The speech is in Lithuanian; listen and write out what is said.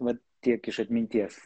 vat tiek iš atminties